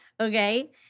Okay